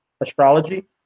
astrology